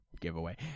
giveaway